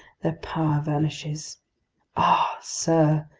their power vanishes ah, sir,